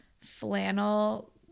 flannel